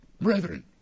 brethren